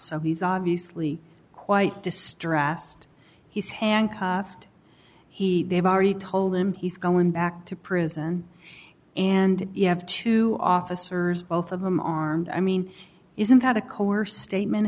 so he's obviously quite distressed he's handcuffed he they've already told him he's going back to prison and you have to officers both of them on armed i mean isn't that a coerced statement